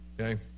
okay